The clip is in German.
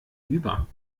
über